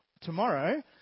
tomorrow